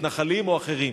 מתנחלים או אחרים.